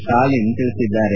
ಸ್ವಾಲಿನ್ ತಿಳಿಸಿದ್ದಾರೆ